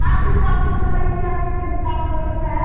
आप डिस्काउंट करके बताइए कि आप कितना डिस्काउंट कर सकते हैं